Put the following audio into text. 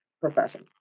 profession